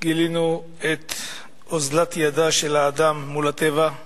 גילינו את אוזלת יד האדם מול הטבע,